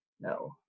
No